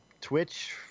Twitch